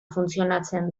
funtzionatzen